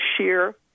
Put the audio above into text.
sheer